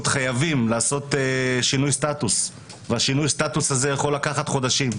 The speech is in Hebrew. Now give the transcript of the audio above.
חייבים לעשות שינוי סטטוס שיכול לקחת חודשים.